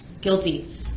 guilty